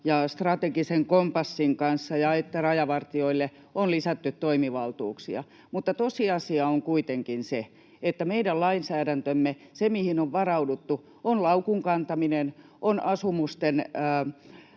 strategisen kompassin kanssa — ja että rajavartijoille on lisätty toimivaltuuksia. Mutta tosiasia on kuitenkin se, että meidän lainsäädännössämme se, mihin on varauduttu, on laukun kantaminen, asumusten